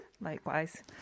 Likewise